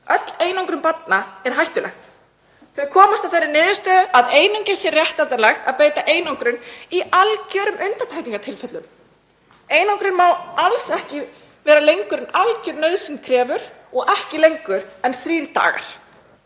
Öll einangrun barna er hættuleg. Nefndin hefur komist að þeirri niðurstöðu að einungis sé réttlætanlegt að beita einangrun í algjörum undantekningartilfellum. Einangrun má alls ekki vara lengur en algjör nauðsyn krefur og ekki lengur en þrjá daga.